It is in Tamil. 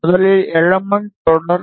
முதல் எலமென்ட் தொடர்